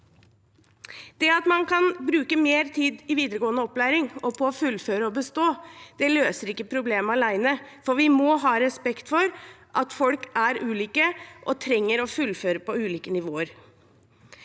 Det at man kan bruke mer tid i videregående opplæring og på å fullføre og bestå, løser ikke problemene ale ne, for vi må ha respekt for at folk er ulike og trenger å fullføre på ulike nivåer.